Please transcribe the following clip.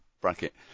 Bracket